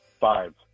five